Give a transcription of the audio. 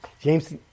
James